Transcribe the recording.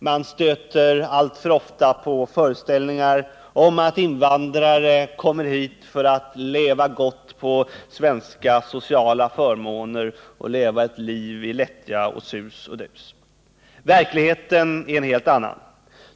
Man stöter alltför ofta på föreställningar om att invandrare kommer hit för att leva gott på svenska sociala förmåner, för att leva ett lättjefullt liv i sus och dus. Verkligheten är en helt annan.